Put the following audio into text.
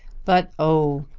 but, oh,